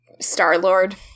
Star-Lord